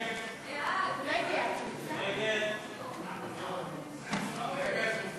ההצעה להסיר מסדר-היום את הצעת חוק מס ערך